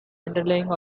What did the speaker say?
underlying